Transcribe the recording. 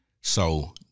So-